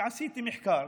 עשיתי מחקר.